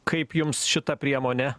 kaip jums šita priemonė